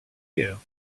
you